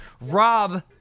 Rob